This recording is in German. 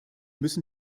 müssen